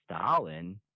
Stalin